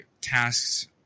tasks